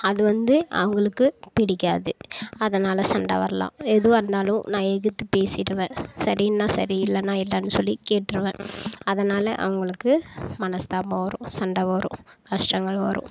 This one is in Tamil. அது வந்து அவங்களுக்கு பிடிக்காது அதனால் சண்டை வரலாம் எதுவாக இருந்தாலும் நான் எதித்து பேசிடுவன் சரின்னா சரி இல்லைன்னா இல்லைன்னு சொல்லி கேட்டுருவன் அதனால் அவங்களுக்கு மனஸ்த்தாபம் வரும் சண்டை வரும் கஷ்ட்டங்கள் வரும்